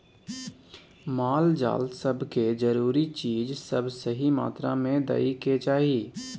माल जाल सब के जरूरी चीज सब सही मात्रा में दइ के चाही